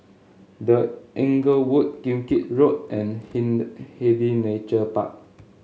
The Inglewood Kim Keat Road and Hindhede Nature Park